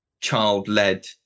child-led